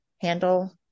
handle